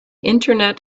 internet